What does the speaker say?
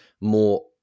more